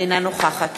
אינה נוכחת